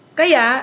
kaya